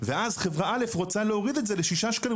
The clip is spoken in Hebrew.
ואז חברה א' רוצה להוריד את זה ל-6 שקלים,